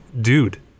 dude